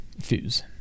fuse